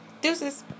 Deuces